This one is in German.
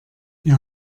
wir